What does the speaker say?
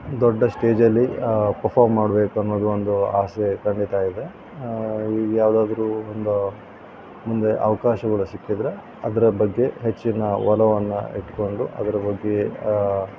ದೊಡ್ಡ ಸ್ಟೇಜಲ್ಲಿ ಫಫಾಮ್ ಮಾಡಬೇಕು ಅನ್ನೋದು ಒಂದು ಆಸೆ ಖಂಡಿತ ಇದೆ ಈಗ ಯಾವುದಾದ್ರು ಒಂದು ಮುಂದೆ ಅವಕಾಶಗಳು ಸಿಕ್ಕಿದರೆ ಅದರ ಬಗ್ಗೆ ಹೆಚ್ಚಿನ ಒಲವನ್ನು ಇಟ್ಟುಕೊಂಡು ಅದರ ಬಗ್ಗೆ